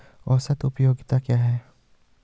औसत उपयोगिता क्या है?